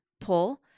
pull